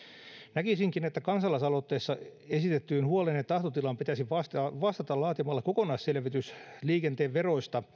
näkisinkin että kansalaisaloitteessa esitettyyn huoleen ja tahtotilaan pitäisi vastata laatimalla liikenteen veroista